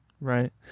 Right